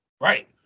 Right